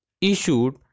issued